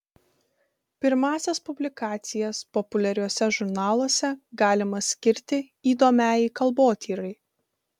pirmąsias publikacijas populiariuose žurnaluose galima skirti įdomiajai kalbotyrai